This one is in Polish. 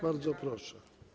Bardzo proszę.